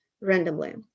randomly